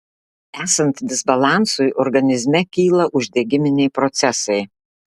esant disbalansui organizme kyla uždegiminiai procesai